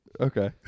Okay